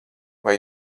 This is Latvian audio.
vai